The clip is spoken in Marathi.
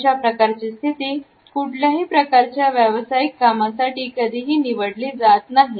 अशा प्रकारची स्थिति कुठल्याही प्रकारचा व्यावसायिक कामासाठी कधीही निवडली जात नाही